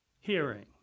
hearing